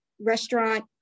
restaurant